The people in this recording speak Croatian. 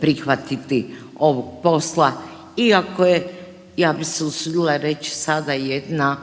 prihvatiti ovog posla iako je ja bi se usudila reći sada jedna